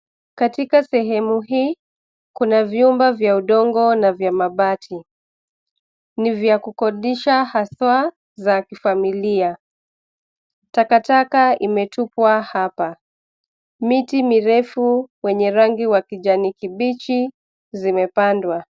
Katika sehemu hii, kuna vyumba vya udongo na vya mabati. Ni vya kukodisha haswa za kifamilia. Takataka imetupwa hapa. Miti mirefu wenye rangi wa kijani kibichi zimepandwa.